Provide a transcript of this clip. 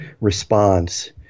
response